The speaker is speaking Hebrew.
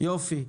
יופי.